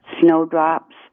snowdrops